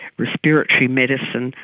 respiratory medicine.